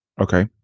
Okay